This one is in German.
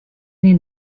den